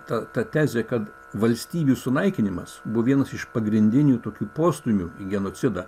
ta ta tezė kad valstybių sunaikinimas buvo vienas iš pagrindinių tokių postūmių į genocidą